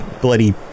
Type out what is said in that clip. bloody